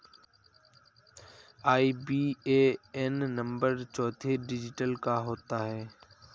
IBAN number चौतीस digit का होता है